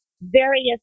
various